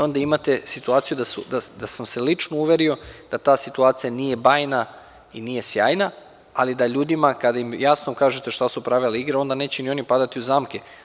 Onda imate situaciju da sam se lično uverio da ta situacija nije bajna i nije sjajna, ali da ljudima kada im jasno kažete šta su pravila igre, onda neće ni oni padati u zamke.